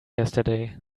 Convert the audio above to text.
yesterday